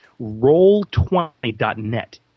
roll20.net